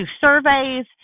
surveys